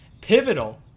pivotal